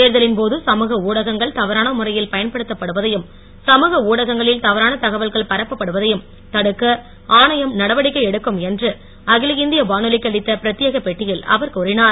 தேர்தலின் போது சமூக ஊடகங்கள் தவறான முறையில் உளடகங்களில் தவறான பயன்படுத்தப்படுவதையும் சமுக தகவல்கள் பரப்ப்ப்படுவதையும் தடுக்க ஆணையம் நடவடிக்கை எடுக்கும் என்று அகில இந்திய வானொலிக்கு அளித்த பிரத்யேக பேட்டியில் அவர் கூறினார்